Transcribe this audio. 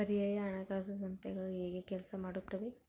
ಪರ್ಯಾಯ ಹಣಕಾಸು ಸಂಸ್ಥೆಗಳು ಹೇಗೆ ಕೆಲಸ ಮಾಡುತ್ತವೆ?